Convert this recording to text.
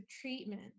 treatment